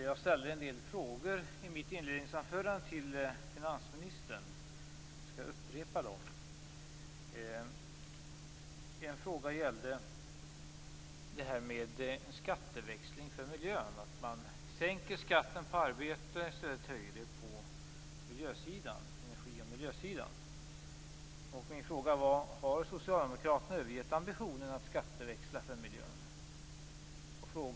Herr talman! Jag ställde i mitt inledningsanförande en del frågor till finansministern. Jag skall upprepa dem. En fråga gällde skatteväxlingen för miljön, att man sänker skatten på arbete och i stället höjer den på energi och miljösidan. Har socialdemokraterna övergett ambitionen att skatteväxla för miljön?